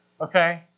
Okay